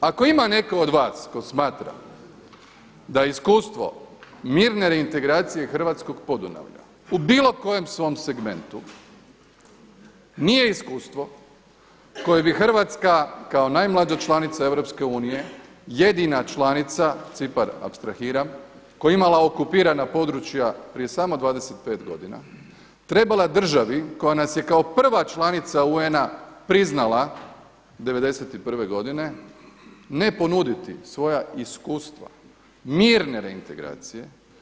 Ako ima netko od vas tko smatra da iskustvo mirne reintegracije Hrvatskog Podunavlja u bilo kojem svom segmentu nije iskustvo koje bi Hrvatska kao najmlađa članica EU, jedina članica, Cipar apstrahiram koja je imala okupirana područja prije samo 25 godina trebala državi koja nas je kao prva članica UN-a priznala '91. godine ne ponuditi svoja iskustva mirne reintegracije.